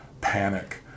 panic